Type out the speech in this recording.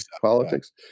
politics